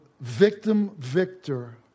victim-victor